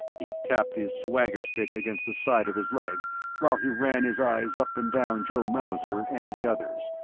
he tapped his swagger stick against the side of his leg while he ran his eyes up and down joe mauser and the others,